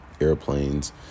airplanes